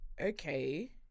Okay